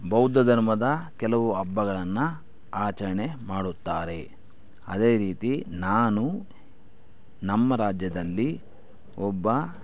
ಬೌದ್ಧ ಧರ್ಮದ ಕೆಲವು ಹಬ್ಬಗಳನ್ನು ಆಚರಣೆ ಮಾಡುತ್ತಾರೆ ಅದೇ ರೀತಿ ನಾನು ನಮ್ಮ ರಾಜ್ಯದಲ್ಲಿ ಒಬ್ಬ